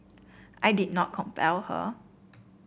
I did not compel her